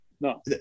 No